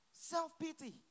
Self-pity